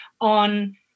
on